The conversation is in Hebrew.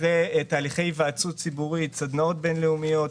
אחרי תהליכי היוועצות ציבורית וסדנות בין-לאומיות,